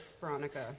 Veronica